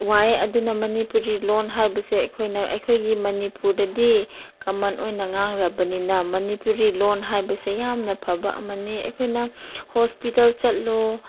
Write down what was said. ꯋꯥꯏ ꯑꯗꯨꯅ ꯃꯅꯤꯄꯨꯔꯤ ꯂꯣꯟ ꯍꯥꯏꯕꯁꯦ ꯑꯩꯈꯣꯏꯅ ꯑꯩꯈꯣꯏꯒꯤ ꯃꯅꯤꯄꯨꯔꯗꯗꯤ ꯀꯃꯟ ꯑꯣꯏꯅ ꯉꯥꯡꯅꯕꯅꯤꯅ ꯃꯅꯤꯄꯨꯔꯤ ꯂꯣꯟ ꯍꯥꯏꯕꯁꯦ ꯌꯥꯝꯅ ꯐꯕ ꯑꯃꯅꯤ ꯑꯩꯈꯣꯏꯅ ꯍꯣꯁꯄꯤꯇꯥꯜ ꯆꯠꯂꯣ